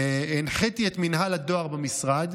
הנחיתי את מינהל הדואר במשרד,